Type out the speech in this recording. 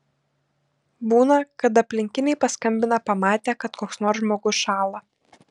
būna kad aplinkiniai paskambina pamatę kad koks nors žmogus šąla